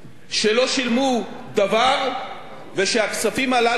והכספים הללו הלכו ונשחקו בעקבות הריבית,